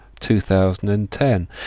2010